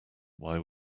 why